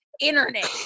Internet